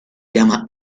llama